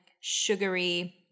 sugary